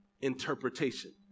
interpretation